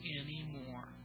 anymore